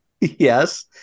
Yes